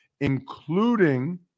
including